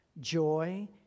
Joy